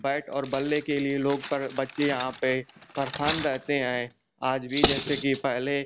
bat और बल्ले के लिए लोग पर बच्चे यहाँ पर परेशान रहते हैं आज भी जैसे कि पहले